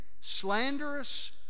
slanderous